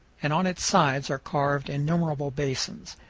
and on its sides are carved innumerable basins,